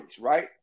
right